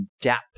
depth